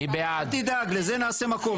אל תדאג, לזה נעשה מקום.